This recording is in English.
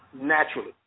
Naturally